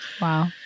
Wow